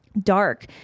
dark